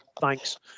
thanks